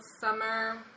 summer